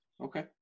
Okay